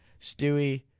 Stewie